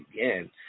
again